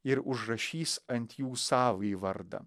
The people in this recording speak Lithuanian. ir užrašys ant jų savąjį vardą